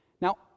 Now